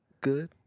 good